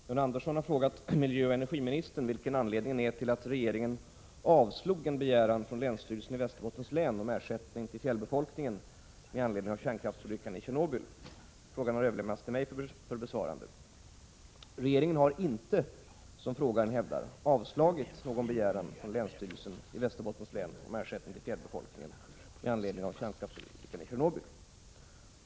Fru talman! John Andersson har frågat miljöoch energiministern vilken anledningen är till att regeringen avslog en begäran från länsstyrelsen i Västerbottens län om ersättning till fjällbefolkningen med anledning av kärnkraftsolyckan i Tjernobyl. Frågan har överlämnats till mig för besvarande. Regeringen har inte, som frågaren hävdar, avslagit någon begäran från länsstyrelsen i Västerbottens län om ersättning till fjällbefolkningen med anledning av kärnkraftsolyckan i Tjernobyl.